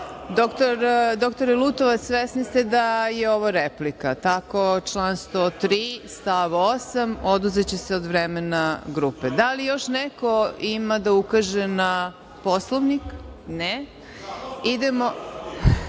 Lutovac, svesni ste da je ovo replika, tako član 103. stav 8. – oduzeće se od vremena grupe. Da li još neko ima da ukaže na Poslovnik? Reč ima